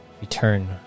return